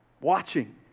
watching